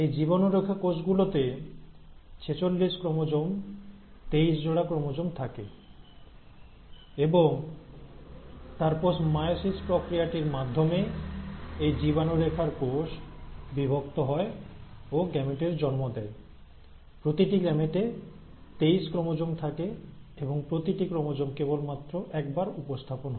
এই জীবাণু রেখার কোষগুলোতে 46 ক্রোমোজোম বা 23 জোড়া ক্রোমোজোম থাকে এবং তারপর মায়োসিস প্রক্রিয়াটির মাধ্যমে এই জীবাণু রেখার কোষ বিভক্ত হয় ও গ্যামেটের জন্ম দেয় প্রতিটি গ্যামেটে 23 ক্রোমোজোম থাকে এবং প্রতিটি ক্রোমোজোম কেবলমাত্র একবার উপস্থাপন হয়